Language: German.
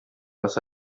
was